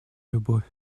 любовь